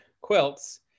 quilts